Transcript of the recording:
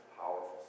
powerful